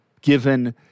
given